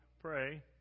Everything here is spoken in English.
pray